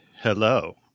Hello